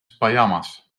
pajamas